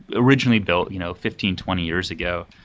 originally built you know fifteen, twenty years ago,